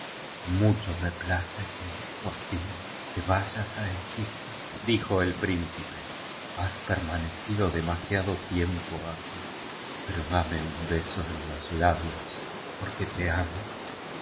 mucho me place que por fin te vayas a egip to dijo el príncipe has permanecido dema siado tiempo aqut pero dame un beso en los labios porque te amo